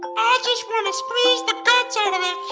i just want to squeeze the guts